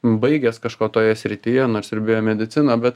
baigęs kažko toje srityje nors ir biomediciną bet